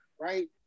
right